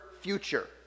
future